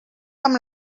amb